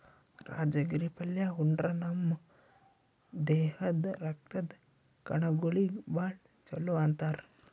ರಾಜಗಿರಿ ಪಲ್ಯಾ ಉಂಡ್ರ ನಮ್ ದೇಹದ್ದ್ ರಕ್ತದ್ ಕಣಗೊಳಿಗ್ ಭಾಳ್ ಛಲೋ ಅಂತಾರ್